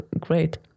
Great